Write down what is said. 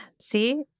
See